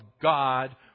God